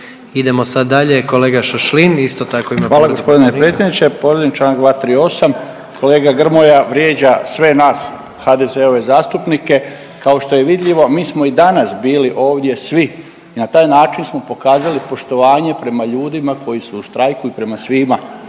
Idemo sad dalje, kolega Šašlin isto tako ima povredu Poslovnika. **Šašlin, Stipan (HDZ)** Povrijeđen je Članak 238., kolega Grmoja vrijeđa sve nas HDZ-ove zastupnike, kao što je vidljivo mi smo i danas ovdje bili svi i na taj način smo pokazali poštovanje prema ljudima koji su u štrajku i prema svima.